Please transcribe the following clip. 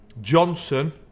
Johnson